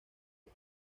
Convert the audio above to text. the